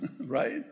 right